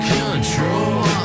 control